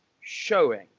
showing